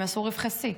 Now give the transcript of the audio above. הם עשו רווחי שיא.